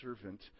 servant